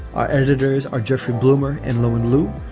our editors are jeffrey blumer and lewen lu.